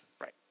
Right